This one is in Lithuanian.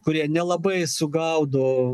kurie nelabai sugaudo